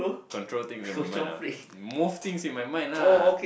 control things in my mind ah move things in my mind lah